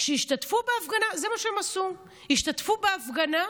שהשתתפו בהפגנה, זה מה שהם עשו, השתתפו בהפגנה,